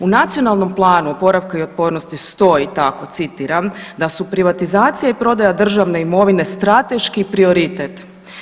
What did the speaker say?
U Nacionalnom planu oporavka i otpornosti stoji tako citiram, da su privatizacija i prodaja državne imovine strateški prioritet.